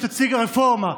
שתציג רפורמה,